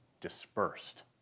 dispersed